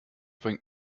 bringt